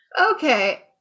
okay